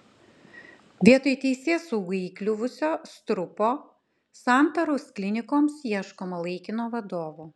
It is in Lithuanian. vietoj teisėsaugai įkliuvusio strupo santaros klinikoms ieškoma laikino vadovo